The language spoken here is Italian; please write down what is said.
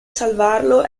salvarlo